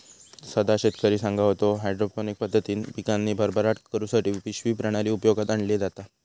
सदा शेतकरी सांगा होतो, हायड्रोपोनिक पद्धतीन पिकांची भरभराट करुसाठी पिशवी प्रणाली उपयोगात आणली जाता